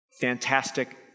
fantastic